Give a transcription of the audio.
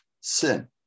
sin